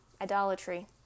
Idolatry